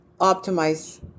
optimize